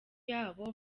yabo